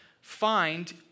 find